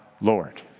Lord